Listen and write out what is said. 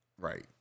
Right